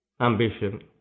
ambition